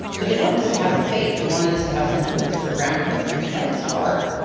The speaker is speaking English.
but they wanted us to have a faith, they wanted us to have something that sort of grounded us because life was hard.